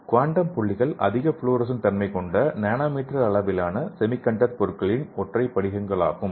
quantum புள்ளிகள் அதிக fluorescent தன்மைகொண்ட நானோமீட்டர் அளவிலான செமி கண்டக்டர் பொருட்களின் ஒற்றை படிகங்களாகும்